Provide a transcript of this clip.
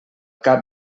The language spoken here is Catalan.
cap